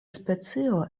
specio